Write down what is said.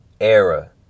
era